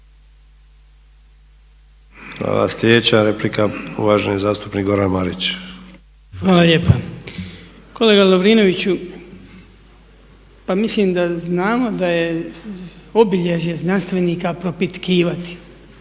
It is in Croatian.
Hvala. Sljedeća replika uvaženi zastupnik Goran Marić. **Marić, Goran (HDZ)** Hvala lijepa. Kolega Lovrinoviću, pa mislim da znamo da je obilježje znanstvenika propitkivati